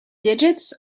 digits